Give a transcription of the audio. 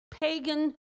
pagan